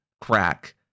crack